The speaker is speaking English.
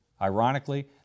Ironically